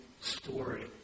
story